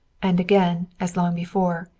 and again, as long before,